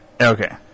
Okay